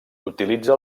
utilitza